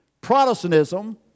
Protestantism